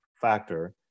factor